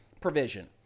provision